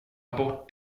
bort